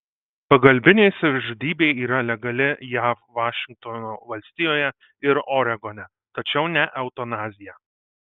pagalbinė savižudybė yra legali jav vašingtono valstijoje ir oregone tačiau ne eutanazija